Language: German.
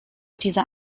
dieser